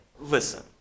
listen